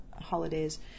holidays